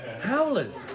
Howlers